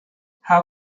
how